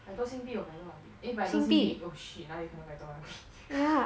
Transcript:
百多新币有百多 ah 百多新币 oh shit 哪里可能百多块